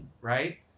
right